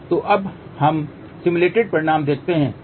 तो अब हम सिम्युलेटेड परिणाम देखते हैं